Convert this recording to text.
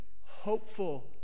hopeful